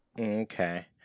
Okay